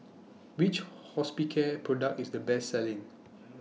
Which Hospicare Product IS The Best Selling